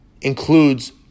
includes